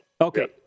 Okay